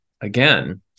Again